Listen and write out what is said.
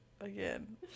Again